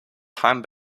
time